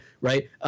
Right